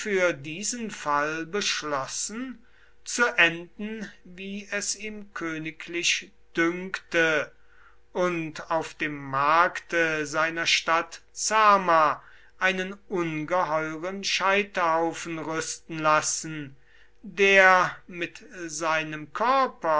für diesen fall beschlossen zu enden wie es ihm königlich dünkte und auf dem markte seiner stadt zama einen ungeheuren scheiterhaufen rüsten lassen der mit seinem körper